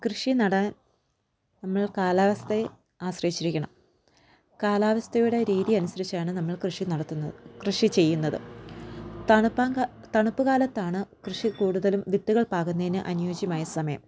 കൃഷി നടാൻ നമ്മൾ കാലാവസ്ഥയെ ആശ്രയിച്ചിരിക്കണം കാലാവസ്ഥയുടെ രീതി അനുസരിച്ചാണ് നമ്മൾ കൃഷി നടത്തുന്നത് കൃഷി ചെയ്യുന്നത് തണുപ്പ് കാലത്താണ് കൃഷി കൂടുതലും വിത്തുകൾ പാകുന്നതിന് അനുയോജ്യമായ സമയം